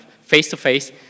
face-to-face